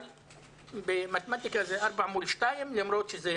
אבל במתמטיקה זה ארבעה מול שניים, למרות שזה